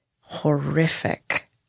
horrific